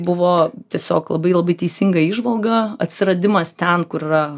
buvo tiesiog labai labai teisinga įžvalga atsiradimas ten kur yra